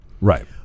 Right